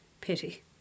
Pity